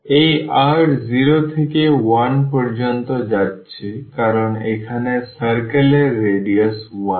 এই r 0 থেকে 1 পর্যন্ত যাচ্ছে কারণ এখানে circle এর রেডিয়াস 1